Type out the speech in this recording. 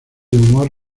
humor